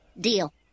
Deal